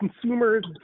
consumer's